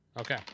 Okay